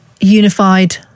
unified